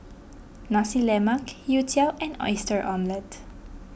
Nasi Lemak Youtiao and Oyster Omelette